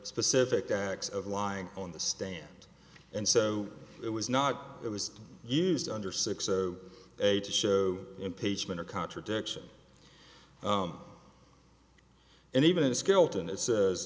specific acts of lying on the stand and so it was not it was used under six o eight to show impeachment or contradiction and even if skelton is says